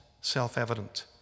self-evident